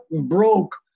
broke